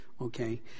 okay